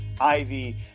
Ivy